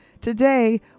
Today